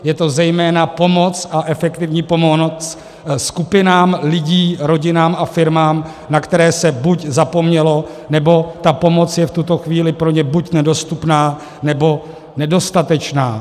Je to zejména pomoc, a efektivní pomoc, skupinám lidí, rodinám a firmám, na které se buď zapomnělo, nebo ta pomoc je v tuto chvíli buď nedostupná, nebo nedostatečná.